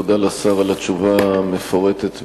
תודה לשר על התשובה המפורטת,